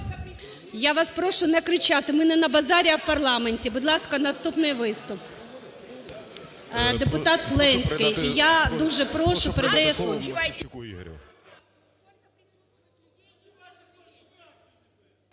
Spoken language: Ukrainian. Я вас прошу не кричати! Ми не на базарі, а в парламенті! Будь ласка, наступний виступ. Депутат Ленський. Я дуже прошу… Передає